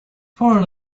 foreign